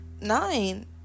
nine